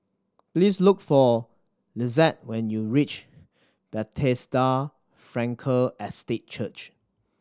please look for Lissette when you reach Bethesda Frankel Estate Church